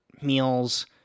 meals